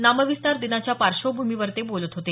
नामविस्तार दिनाच्या पार्श्वभूमीवर ते बोलत होते